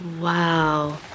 Wow